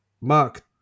Mark